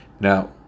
Now